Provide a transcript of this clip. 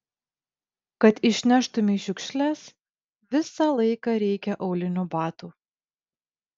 kad išneštumei šiukšles visą laiką reikia aulinių batų